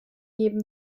geben